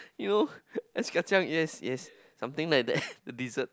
you know ice kacang yes yes something like that dessert